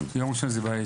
יום ראשון זה בעייתי.